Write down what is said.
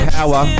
Power